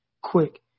quick